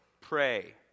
Pray